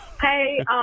hey